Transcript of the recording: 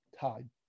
time